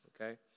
okay